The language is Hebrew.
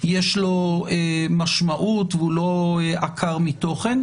יש משמעות והוא לא עקר מתוכן,